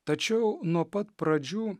tačiau nuo pat pradžių